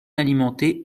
alimentée